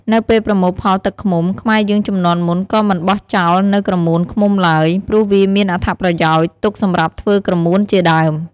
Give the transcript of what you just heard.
នៅពេលប្រមូលផលទឹកឃ្មុំ ខ្មែរយើងជំនាន់មុនក៏មិនបោះចោលនូវក្រមួនឃ្មុំឡើយ ព្រោះវាមានអត្ថប្រយោជន៍ទុកសម្រាប់ធ្វើក្រមួនជាដើម។